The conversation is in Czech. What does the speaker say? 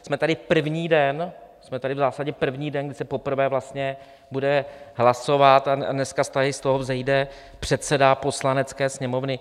Jsme tady první den, jsme tady v zásadě první den, kdy se poprvé vlastně bude hlasovat, a dneska tady z toho vzejde předseda Poslanecké sněmovny.